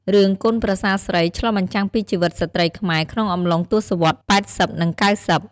រឿងកូនប្រសាស្រី ឆ្លុះបញ្ចាំងពីជីវិតស្រ្តីខ្មែរ ក្នុងអំឡុងទស្សវត្សរ៍ ៨០ និង៩០។